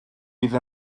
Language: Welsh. bydd